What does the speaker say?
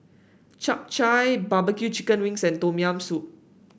Chap Chai bbq Chicken Wings and Tom Yam Soup